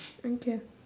okay